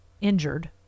injured